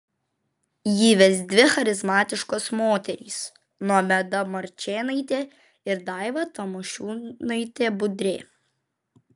jį ves dvi charizmatiškos moterys nomeda marčėnaitė ir daiva tamošiūnaitė budrė